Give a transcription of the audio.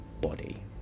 body